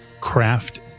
craft